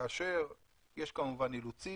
כאשר יש כמובן אילוצים,